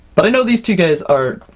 but i know these two guys are.